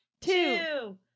Two